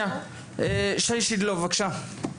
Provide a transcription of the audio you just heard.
שי שידלוב, בבקשה.